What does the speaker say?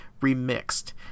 remixed